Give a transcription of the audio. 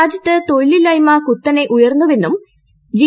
രാജ്യത്ത് തൊഴിലില്ലായ്മ കുത്തനെ ഉയർന്നുവെന്നും ജി